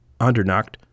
Andernacht